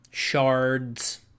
shards